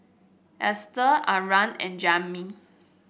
Ester Arah and Jami